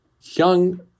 young